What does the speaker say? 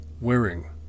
Wearing